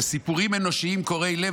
וסיפורים אנושיים קורעי לב,